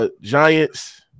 Giants